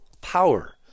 power